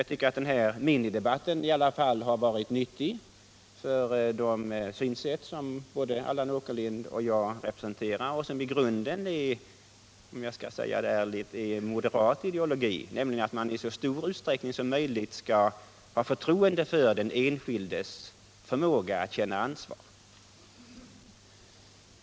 Jag tycker i alla fall att den här minimidebatten har varit nyttig för de synsätt som både Allan Åkerlind och jag representerar och som i grunden, om jag skall vara ärlig, utgör en moderat ideologi, nämligen att man i så stor utsträckning som möjligt skall ha förtroende för den enskildes förmåga att känna ansvar.